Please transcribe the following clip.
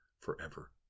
forever